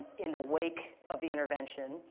in the wake of the intervention,